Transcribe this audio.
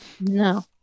No